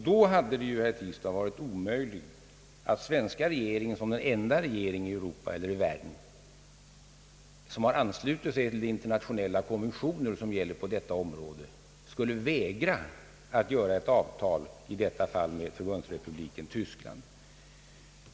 Då hade det ju, herr Tistad, varit omöjligt för den svenska regeringen som den enda regering i Europa eller i världen — som har anslutit sig till de internationella konventioner som gäller på detta område — att vägra att träffa ett avtal, i detta fall med Förbundsrepubliken Tyskland.